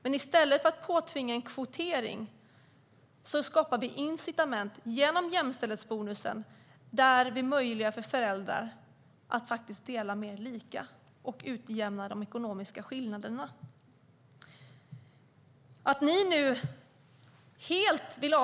Men i stället för att påtvinga en kvotering skapar vi incitament genom jämställdhetsbonusen där vi möjliggör för föräldrar att dela mer lika och utjämna de ekonomiska skillnaderna.